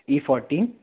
E fourteen